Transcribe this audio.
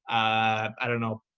i don't know,